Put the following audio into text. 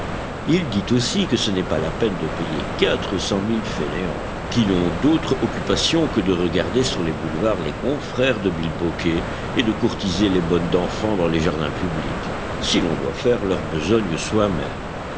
il dit aussi que ce n'est pas la peine de payer quatre cent mille fainéants qui n'ont d'autre occupation que de regarder sur les boulevards les confrères de bilboquet et de courtiser les bonnes d'enfants dans les jardins publics si l'on doit faire leur besogne soi-même